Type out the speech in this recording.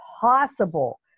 possible